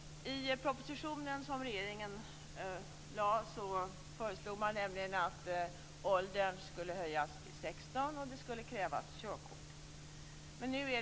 I den proposition som regeringen lade fram föreslog man nämligen att åldern skulle höjas till 16 år och att det skulle krävas körkort.